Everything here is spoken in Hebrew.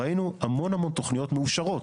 ראינו המון המון תוכניות מאושרות,